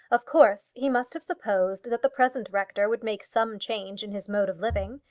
of course he must have supposed that the present rector would make some change in his mode of living,